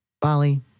Bali